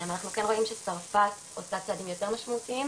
אנחנו כן רואים שצרפת עושה צעדים יותר משמעותיים.